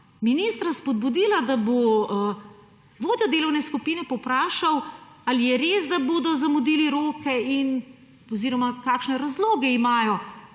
ministra spodbudila, da bo vodjo delovno skupine povprašal, ali je res, da bodo zamudili roke oziroma kakšne razloge imajo